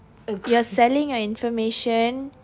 you're selling your information